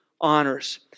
honors